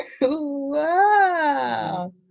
wow